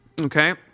Okay